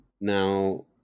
Now